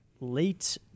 late